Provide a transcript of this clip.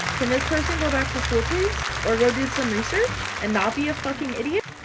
can this person go back to school please or go do some research and not be a fucking idiot?